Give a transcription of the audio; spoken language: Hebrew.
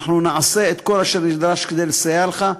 אנחנו נעשה את כל אשר נדרש כדי לסייע לך,